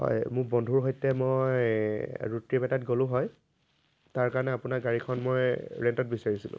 হয় মোৰ বন্ধুৰ সৈতে মই ৰোড ট্ৰিপ এটাত গ'লোঁ হয় তাৰ কাৰণে আপোনাৰ গাড়ীখন মই ৰেণ্টত বিচাৰিছিলোঁ